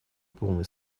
полной